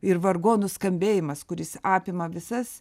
ir vargonų skambėjimas kuris apima visas